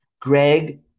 Greg